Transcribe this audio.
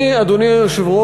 אני, אדוני היושב-ראש,